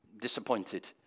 disappointed